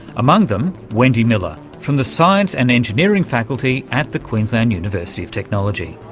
among them wendy miller from the science and engineering faculty at the queensland university of technology.